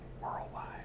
Worldwide